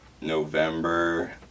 November